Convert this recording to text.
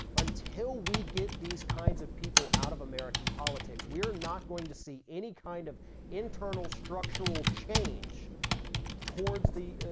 until we get these kinds of people out of american politics we are not going to see any kind of internal structural change towards the.